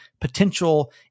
potential